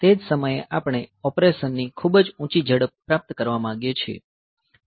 તે જ સમયે આપણે ઓપરેશનની ખૂબ જ ઊંચી ઝડપ પ્રાપ્ત કરવા માંગીએ છીએ